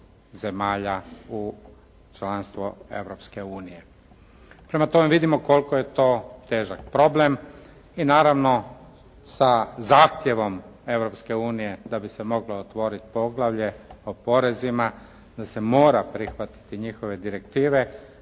zemalja u članstvo Europske unije. Prema tome vidimo koliko je to težak problem i naravno sa zahtjevom Europske unije da bi se moglo otvoriti poglavlje o porezima da se mora prihvatiti njihove direktive